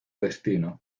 destino